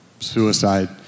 suicide